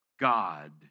God